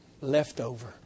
leftover